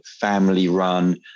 family-run